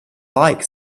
like